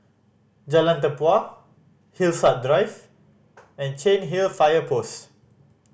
Jalan Tempua Hillside Drive and Cairnhill Fire Post